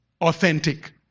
authentic